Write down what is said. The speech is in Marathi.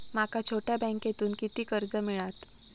माका छोट्या बँकेतून किती कर्ज मिळात?